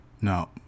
No